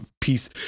peace